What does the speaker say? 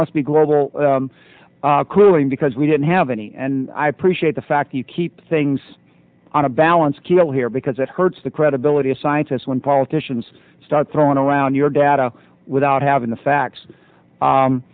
must be global cooling because we didn't have any and i appreciate the fact you keep things on a balance scale here because it hurts the credibility of scientists when politicians start throwing around your data without having the facts